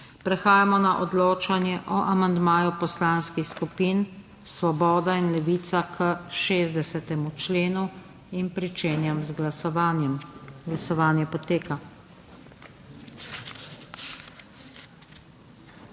Prehajamo na odločanje o amandmaju Poslanskih skupin Svoboda in Levica k 53. členu. Glasujemo. Glasovanje poteka.